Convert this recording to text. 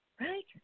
Right